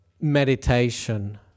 meditation